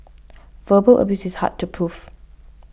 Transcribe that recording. verbal abuse is hard to proof